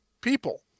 people